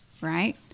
Right